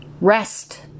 Rest